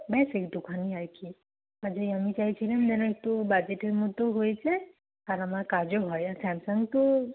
ব্যাস একটুখানি আর কি কাজেই আমি চাইছিলাম যেন একটু বাজেটের মধ্যেও হয়ে যায় আর আমার কাজও হয় আর স্যামসাং তো